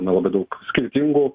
nelabai daug skirtingų